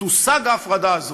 תושג ההפרדה הזאת.